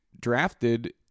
drafted